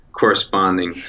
corresponding